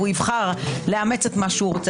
והוא יבחר לאמץ את מה שהוא רוצה.